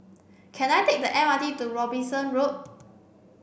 can I take the M R T to Robinson Road